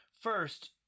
First